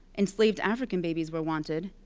enslaved african babies were wanted,